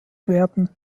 werden